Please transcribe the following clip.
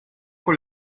con